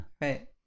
right